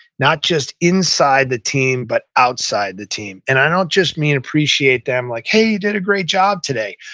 not just inside the team, but outside the team and i don't just mean appreciate them like, hey, you did a great job today.